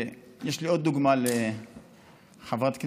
יש לי עוד דוגמה לחברת כנסת,